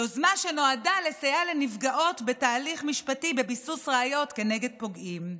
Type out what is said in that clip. יוזמה שנועדה לסייע לנפגעות בתהליך משפטי בביסוס ראיות נגד פוגעים.